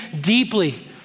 deeply